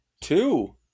Two